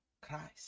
Christ